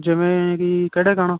ਜਿਵੇਂ ਕਿ ਕਿਹੜਾ ਗਾਣਾ